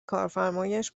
کارفرمایش